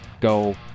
go